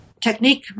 technique